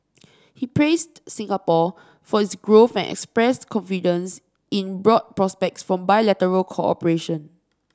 he praised Singapore for its growth and expressed confidence in broad prospects for bilateral cooperation